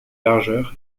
largeur